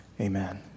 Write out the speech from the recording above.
Amen